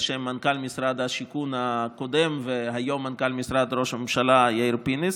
על שם מנכ"ל משרד השיכון הקודם והיום מנכ"ל משרד ראש הממשלה יאיר פינס.